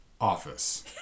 office